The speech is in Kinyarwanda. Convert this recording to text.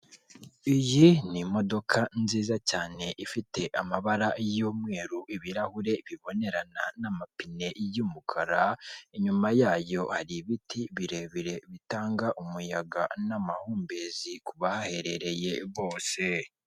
Imodoka ya bisi itwara abantu bakunze kwita shirumuteto, yari irimo kugenda mu muhanda, hepfo y'umuhanda hari akayira k'abanyamaguru hari abantu bari bahagaze, haruguru y'umuhanda akayira k'abanyamaguru, hari abagabo babiri bari barimo kugenda mu nkengero z'umuhanda, kuri ako kayira hari ruhurura icamo amazi.